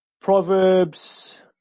Proverbs